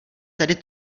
tady